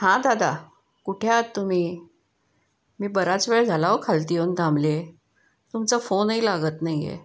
हां दादा कुठे आत तुम्ही मी बराच वेळ झालाव खालती येऊन थांबले तुमचा फोनही लागत नाही आहे